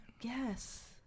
Yes